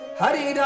Hari